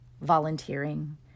volunteering